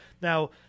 Now